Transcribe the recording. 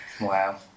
Wow